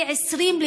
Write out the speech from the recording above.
פי-20,